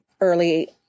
early